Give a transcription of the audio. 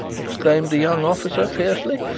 exclaimed the young officer fiercely.